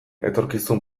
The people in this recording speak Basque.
etorkizun